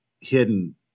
hidden